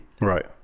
Right